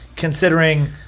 considering